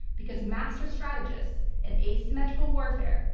because master strategists in asymmetrical warfare,